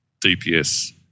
DPS